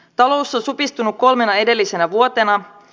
talous on supistunut kolmena edellisenä vuotena